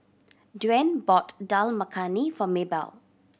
Dwaine bought Dal Makhani for Maybelle